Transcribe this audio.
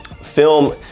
Film